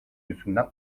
yüzünden